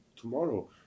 tomorrow